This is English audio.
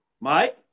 Mike